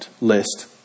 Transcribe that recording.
list